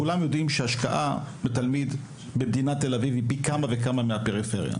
כולם יודעים שהשקעה בתלמיד במדינת תל אביב היא פי כמה וכמה מהפריפריה,